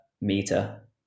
meter